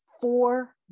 four